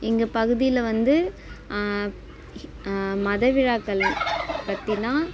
எங்கள் பகுதியில் வந்து மத விழாக்கள் பற்றிலான்